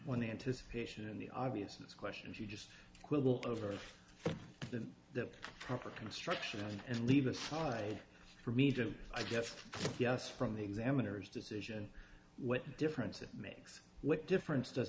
when the anticipation in the obvious questions you just quibble over than the proper construction and leave aside for me to i guess yes from the examiners decision what difference it makes what difference does